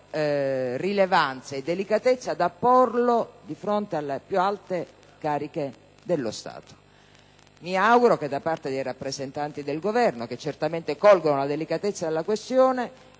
rilevanza e delicatezza da porlo di fronte alla più alte cariche dello Stato. Mi auguro che da parte dei rappresentanti del Governo, che certamente colgono la delicatezza della questione,